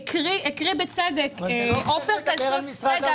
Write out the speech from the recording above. הקריא בצדק עופר את קביעת